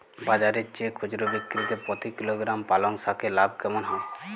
বাজারের চেয়ে খুচরো বিক্রিতে প্রতি কিলোগ্রাম পালং শাকে লাভ কেমন হয়?